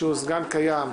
שהוא סגן קיים,